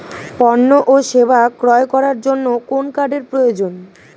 পণ্য ও সেবা ক্রয় করার জন্য কোন কার্ডের প্রয়োজন?